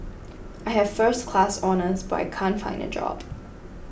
I have first class honours but I can't find a job